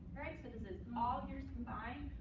all years combined,